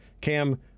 Cam